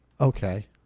Okay